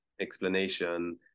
explanation